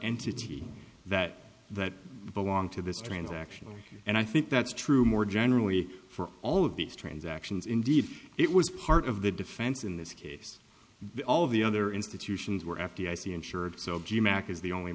entity that that belong to this transaction and i think that's true more generally for all of these transactions indeed it was part of the defense in this case all of the other institutions were f d i c insured so